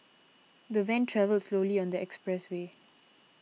the van travelled slowly on the expressway